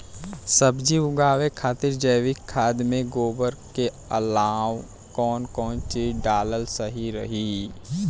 सब्जी उगावे खातिर जैविक खाद मे गोबर के अलाव कौन कौन चीज़ डालल सही रही?